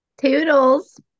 Toodles